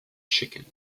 chicken